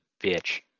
bitch